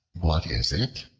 what is it?